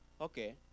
Okay